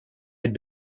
had